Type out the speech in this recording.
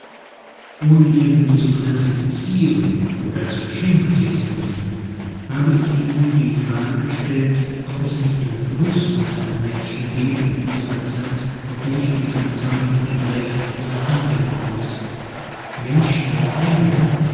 ohne irgendwie zu klassifizieren oder zu schematisieren habe ich in ihm die frage gestellt ob es nicht einen größeren teil menschen gäbe in unserer zeit auf welche diese bezeichnung mit recht sich anwenden ließe menschen der enge